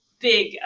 big